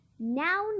now